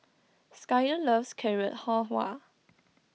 Skyler loves Carrot Halwa